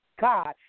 God